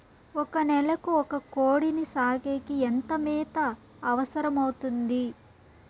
ఒక నెలకు ఒక కోడిని సాకేకి ఎంత మేత అవసరమవుతుంది?